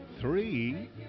three